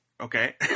Okay